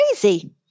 crazy